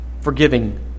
forgiving